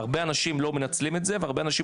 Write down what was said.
הרבה אנשים לא מנצלים את זה והרבה אנשים